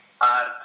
art